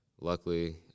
luckily